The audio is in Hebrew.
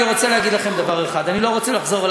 אני רוצה להגיד לכם דבר אחד: אני לא רוצה לחזור.